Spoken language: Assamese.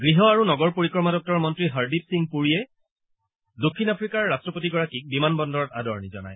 গৃহ আৰু নগৰ পৰিক্ৰমা দপ্তৰৰ মন্ত্ৰী হৰদ্বীপ সিং পুৰীয়ে দক্ষিণ আফ্ৰিকাৰ ৰাট্টপতিগৰাকীক বিমান বন্দৰত আদৰণি জনায়